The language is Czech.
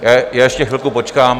Já ještě chvilku počkám.